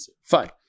Fine